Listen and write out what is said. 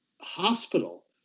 hospital